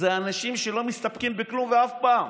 זה אנשים שלא מסתפקים בכלום אף פעם.